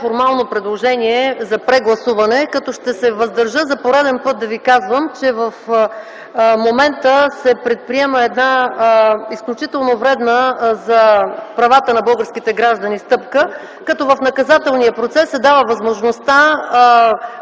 формално предложение за прегласуване. Ще се въздържа за пореден път да ви кажа, че в момента се предприема една изключително вредна за правата на българските граждани стъпка, като в наказателния процес се дава възможността